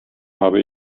habe